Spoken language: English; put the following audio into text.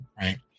right